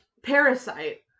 Parasite